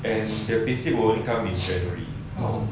and the payslip won't come in february